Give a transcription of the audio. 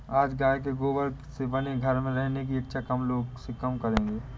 आज गाय के गोबर से बने घर में रहने की इच्छा लोग कम से कम करेंगे